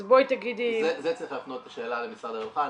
אז בואי תגידי -- זאת שאלה שצריך להפנות למשרד הרווחה.